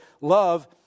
love